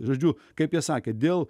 žodžiu kaip jie sakė dėl